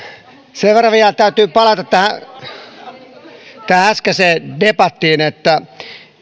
sen verran vielä täytyy palata äskeiseen debattiin että